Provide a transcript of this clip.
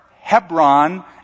Hebron